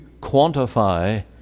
quantify